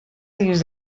dins